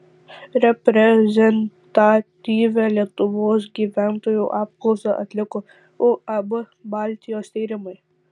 reprezentatyvią lietuvos gyventojų apklausą atliko uab baltijos tyrimai